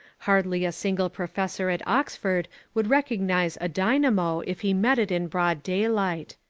hardly a single professor at oxford would recognise a dynamo if he met it in broad daylight.